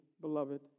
beloved